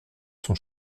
son